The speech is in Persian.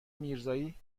میرزایی